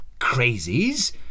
crazies